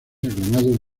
aclamado